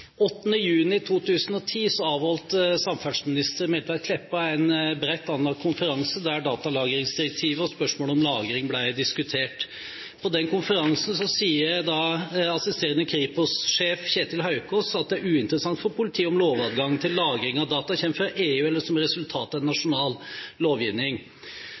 8. juni 2010 avholdt samferdselsminister Meltveit Kleppa en bredt anlagt konferanse der datalagringsdirektivet og spørsmålet om lagring ble diskutert. På den konferansen sa assisterende Kripos-sjef Ketil Haukaas at «det er uinteressant for politiet om lovadgangen til lagring av data kommer fra EU eller som resultatet av en